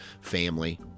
family